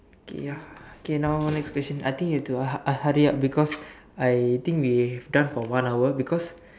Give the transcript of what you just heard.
okay ya okay now next question I think you've to hu uh hurry up because I think we done for one hour because